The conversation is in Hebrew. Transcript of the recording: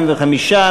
45,